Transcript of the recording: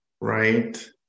right